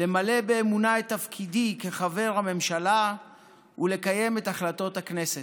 למלא באמונה את תפקידי כחבר הממשלה ולקיים את החלטות הכנסת.